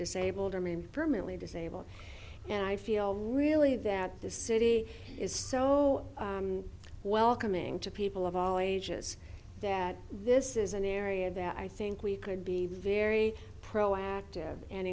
disabled or mean permanently disabled and i feel really that this city is so welcoming to people of all ages that this is an area that i think we could be very proactive and